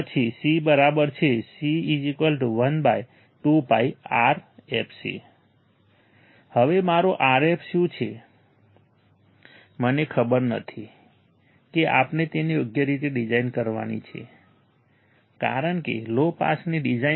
પછી C બરાબર છે C 1 2πRfc હવે મારો Rf શું છે મને ખબર નથી કે આપણે તેને યોગ્ય રીતે ડિઝાઇન કરવાની છે કારણ કે લો પાસ ફિલ્ટરની ડિઝાઇન